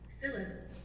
Philip